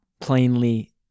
plainly